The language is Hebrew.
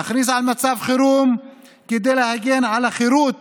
להכריז על מצב חירום כדי להגן על החירות